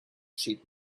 sheet